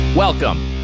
Welcome